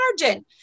margin